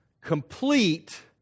complete